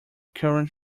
current